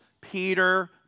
Peter